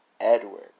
Edward